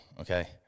okay